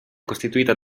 costituita